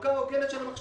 לחלוקה הוגנת של מכשירים.